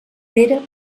pere